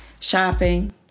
shopping